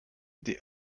des